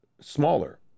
smaller